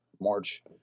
march